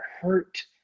hurt